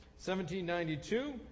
1792